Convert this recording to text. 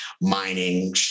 mining